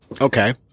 Okay